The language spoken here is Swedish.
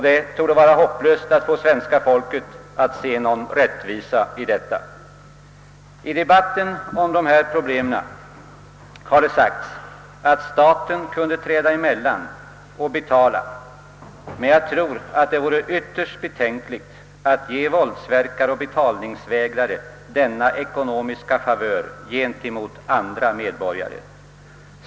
Det torde vara en hopplös uppgift att försöka få svenska folket att se någon rättvisa i detta. I debatten om dessa problem har det sagts att staten kunde träda emellan och betala, men jag tror att det vore ytterst betänkligt att ge våldsverkare och betalningsvägrare denna ekonomiska favör gentemot andra medborgare.